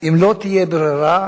אם לא תהיה ברירה,